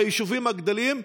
ביישובים הגדולים,